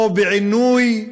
או בעינוי?